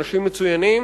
אנשים מצוינים,